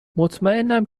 مطمئنم